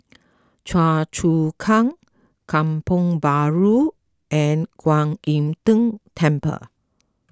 Choa Chu Kang Kampong Bahru and Kwan Im Tng Temple